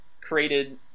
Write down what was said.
created